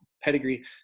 pedigree